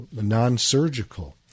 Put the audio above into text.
non-surgical